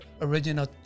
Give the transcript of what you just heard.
original